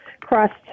crust